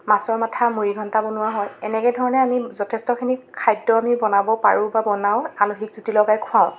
মাছৰ মাথা মুৰিঘণ্টা বনোৱা হয় এনেকুৱা ধৰণে আমি যথেষ্টখিনি খাদ্য আমি বনাব পাৰোঁ বা বনাও আলহীক জুতি লগাই খুৱাওঁ